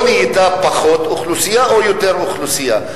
או האם נהייתה פחות אוכלוסייה או יותר אוכלוסייה.